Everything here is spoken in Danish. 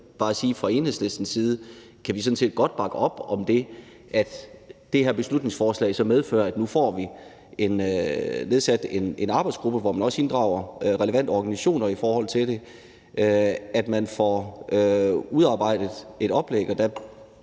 fra Enhedslistens side kan vi sådan set godt bakke op om, at det her beslutningsforslag medfører, at vi får nedsat en arbejdsgruppe, hvor man også inddrager relevante organisationer, og at vi får udarbejdet et oplæg.